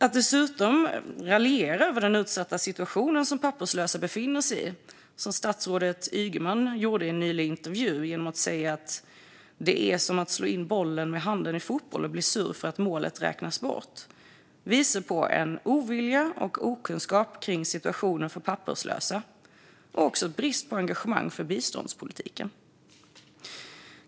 Att dessutom raljera över den utsatta situation som papperslösa befinner sig i, som statsrådet Ygeman gjorde i en intervju nyligen genom att säga att det är som att slå in bollen med handen i fotboll och bli sur för att målet räknas bort, visar på ovilja, okunskap om situationen för papperslösa och även brist på engagemang för biståndspolitiken.